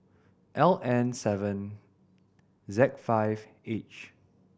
L N seven Z five H